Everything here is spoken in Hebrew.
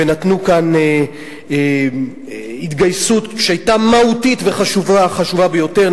ונתנו כאן התגייסות שהיתה מהותית וחשובה ביותר,